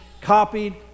copied